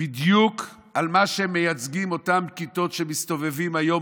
בדיוק על מה שמייצגות אותן כיתות שמסתובבות היום